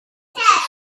with